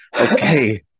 okay